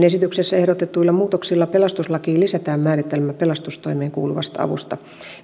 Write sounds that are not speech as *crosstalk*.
*unintelligible* esityksessä ehdotetuilla muutoksilla pelastuslakiin lisätään määritelmä pelastustoimeen kuuluvasta avusta